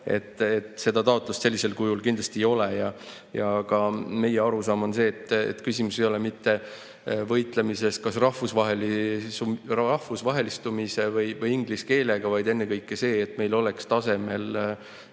et seda taotlust sellisel kujul kindlasti ei ole. Ka meie arusaam on see, et küsimus ei ole mitte võitlemises rahvusvahelistumise või inglise keele vastu, vaid ennekõike see, et meil oleks tasemel